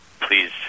Please